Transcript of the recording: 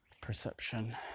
perception